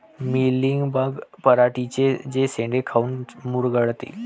Mealybug पराटीचे चे शेंडे काऊन मुरगळते?